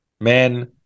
Men